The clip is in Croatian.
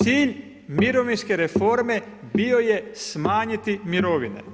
Cilj mirovinske reforme bio je smanjiti mirovine.